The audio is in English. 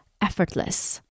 effortless